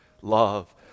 love